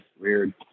weird